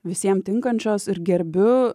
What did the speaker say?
visiem tinkančios ir gerbiu